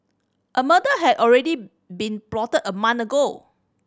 a murder had already been plotted a month ago